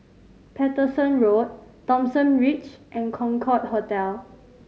Paterson Road Thomson Ridge and Concorde Hotel